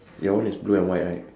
your one is blue and white right